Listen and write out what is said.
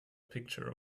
picture